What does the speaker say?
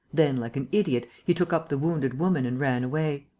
then, like an idiot, he took up the wounded woman and ran away.